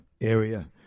area